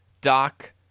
Doc